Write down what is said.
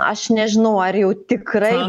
aš nežinau ar jau tikrai